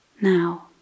now